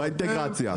האינטגרציה.